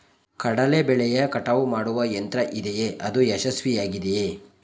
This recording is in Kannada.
ಕಡಲೆ ಬೆಳೆಯ ಕಟಾವು ಮಾಡುವ ಯಂತ್ರ ಇದೆಯೇ? ಅದು ಯಶಸ್ವಿಯಾಗಿದೆಯೇ?